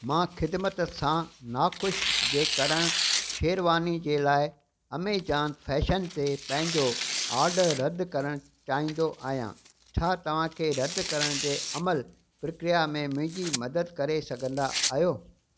मां ख़िदमत सां नाख़ुशि जे कारण शेरवानी जे लाइ अमेज़ॉन फैशन ते पंहिंजो ऑडर रदि करणु चाहींदो आहियां छा तव्हांखे रदि करण जे अमल प्रक्रिया में मुंहिंजी मदद करे सघंदा आहियो